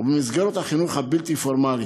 במסגרת החינוך הבלתי-פורמלית,